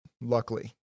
luckily